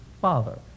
father